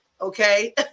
Okay